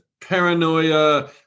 paranoia